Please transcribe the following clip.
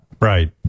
right